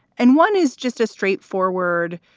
and one is just a straightforward.